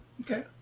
Okay